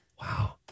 Wow